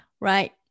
Right